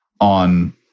on